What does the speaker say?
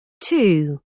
Two